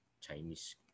Chinese